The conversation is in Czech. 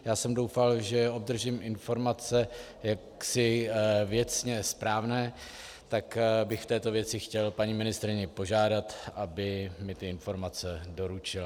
Já jsem doufal, že obdržím informace věcně správné, tak bych v této věci chtěl paní ministryni požádat, aby mně ty informace doručila.